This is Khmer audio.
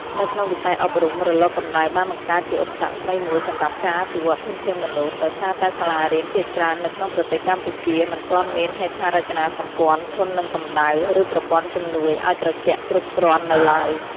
នៅក្នុងវិស័យអប់រំ រលកកម្ដៅបានបង្កើតជាឧបសគ្គថ្មីមួយសម្រាប់ការអភិវឌ្ឍធនធានមនុស្ស ដោយសារតែសាលារៀនភាគច្រើននៅក្នុងប្រទេសកម្ពុជាមិនទាន់មានហេដ្ឋារចនាសម្ព័ន្ធធន់នឹងកម្ដៅ ឬប្រព័ន្ធជំនួយឲ្យត្រជាក់គ្រប់គ្រាន់នៅឡើយ។